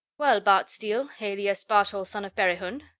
well, bart steele, alias bartol son of berihun,